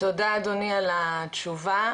תודה אדוני על התשובה.